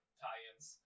tie-ins